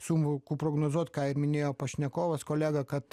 sunku prognozuot kaip minėjo pašnekovas kolega kad